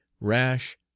rash